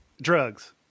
Drugs